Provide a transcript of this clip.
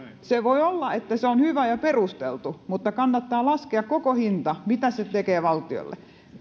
voi olla että se on hyvä ja perusteltu mutta kannattaa laskea koko hinta mitä se tekee valtiolle